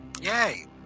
Yay